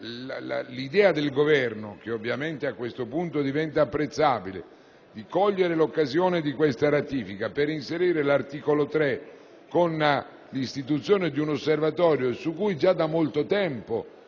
l'idea del Governo, che ovviamente a questo punto diventa apprezzabile, di cogliere l'occasione di questa ratifica per inserire l'articolo 3 con l'istituzione di un Osservatorio, su cui già da molto tempo